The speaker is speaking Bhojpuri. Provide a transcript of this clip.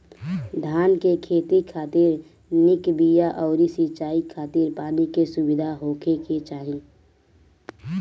धान के खेती खातिर निक बिया अउरी सिंचाई खातिर पानी के सुविधा होखे के चाही